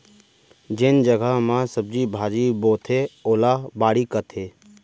जेन जघा म सब्जी भाजी बोथें ओला बाड़ी कथें